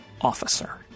officer